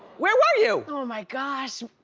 where were you? oh my gosh,